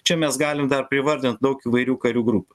čia mes galim dar privardint daug įvairių karių grupių